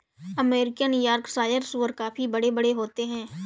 American Yorkshire सूअर काफी बड़े बड़े होते हैं